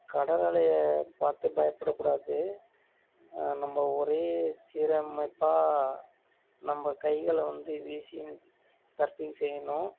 கடல் அலையை பார்த்து பயப்படக்கூடாது நம்ம ஒரே சீரமைப்பாக நம்ம கைகளை வந்து வீசின் சர்ஃபிங் செய்யணும்